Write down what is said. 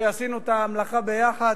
שעשינו את המלאכה יחד.